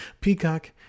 Peacock